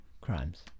crimes